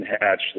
hatch